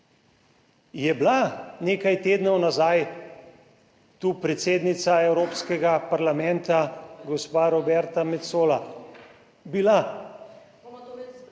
Je bila nekaj tednov nazaj tu predsednica Evropskega parlamenta, gospa Roberta Macola. Bila. Iz katere stranke